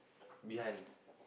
behind